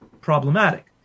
problematic